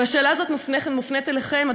והשאלה הזאת מופנית אליכם,